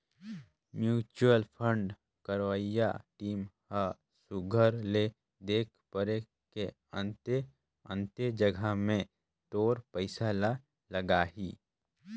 mutual fund करवइया team ह सुग्घर ले देख परेख के अन्ते अन्ते जगहा में तोर पइसा ल लगाहीं